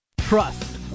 Trust